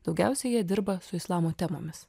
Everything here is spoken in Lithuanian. daugiausiai jie dirba su islamo temomis